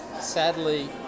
sadly